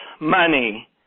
money